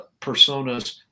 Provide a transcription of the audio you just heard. personas